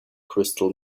crystal